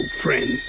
friend